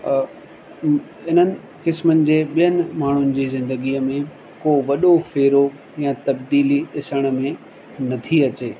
इन्हनि क़िस्मनि जे ॿियनि माण्हुनि जी ज़िदगीअ में को वॾो फ़ेरो या तब्दीली ॾिसण में न थी अचे